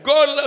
God